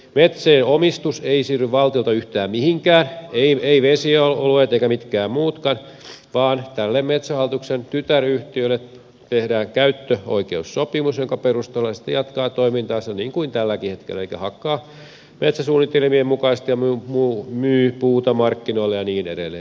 metsien omistus ei siirry valtiolta yhtään mihinkään eivät vesialueet eivätkä mitkään muutkaan vaan tälle metsähallituksen tytäryhtiölle tehdään käyttöoikeussopimus jonka perusteella se sitten jatkaa toimintaansa niin kuin tälläkin hetkellä elikkä hakkaa metsäsuunnitelmien mukaisesti ja myy puuta markkinoille ja niin edelleen